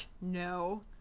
No